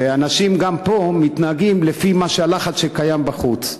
ואנשים גם פה מתנהגים לפי הלחץ שקיים בחוץ.